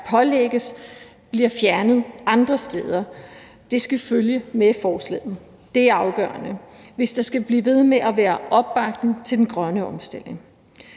pålægges, bliver fjernet andre steder. Det skal følge med forslaget. Det er afgørende, hvis der skal blive ved med at være opbakning til den grønne omstilling,